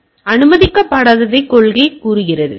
எனவே அனுமதிக்கப்படாததை கொள்கை கூறுகிறது